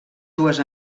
dues